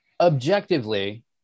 Objectively